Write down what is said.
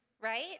right